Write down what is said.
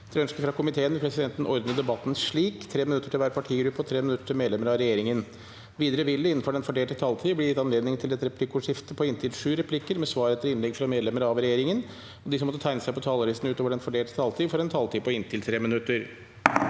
og omsorgskomiteen vil presidenten ordne debatten slik: 3 minutter til hver partigruppe og 3 minutter til medlemmer av regjeringen. Videre vil det – innenfor den fordelte taletid – bli gitt anledning til et replikkordskifte på inntil sju replikker med svar etter innlegg fra medlemmer av regjeringen, og de som måtte tegne seg på talerlisten utover den fordelte taletid, får også en taletid på inntil 3 minutter.